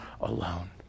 alone